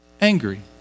Angry